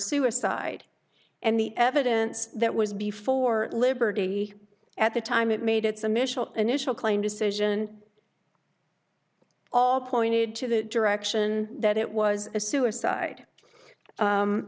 suicide and the evidence that was before liberty at the time it made it's a michelle initial claim decision all pointed to the direction that it was a suicide